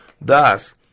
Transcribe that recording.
Thus